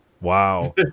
wow